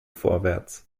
vorwärts